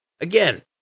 again